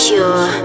Pure